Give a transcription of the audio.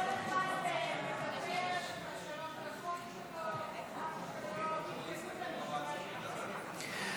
חד"ש-תע"ל ורע"מ להביע אי-אמון בממשלה לא נתקבלה.